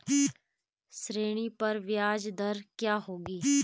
ऋण पर ब्याज दर क्या होगी?